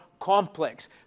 complex